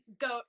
goat